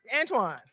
Antoine